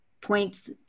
points